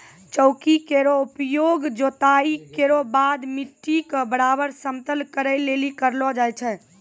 चौकी केरो उपयोग जोताई केरो बाद मिट्टी क बराबर समतल करै लेलि करलो जाय छै